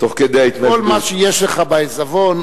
כל מה שיש לך בעיזבון,